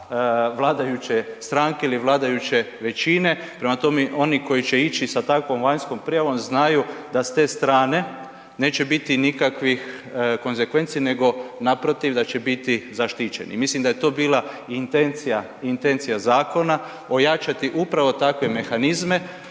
vladajuće stranke ili vladajuće većine, prema tome, oni koji će ići sa takvom vanjskom prijavom znaju da s te strane, neće biti nikakvih konsekvenci nego naprotiv, da će biti zaštićeni. Mislim da je to bila i intencija zakona, ojačati upravo takve mehanizme